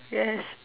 yes